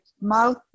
mouth